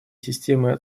системы